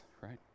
right